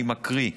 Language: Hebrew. אני מקריא: